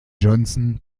johnson